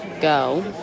go